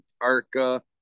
ARCA